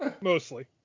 mostly